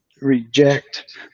reject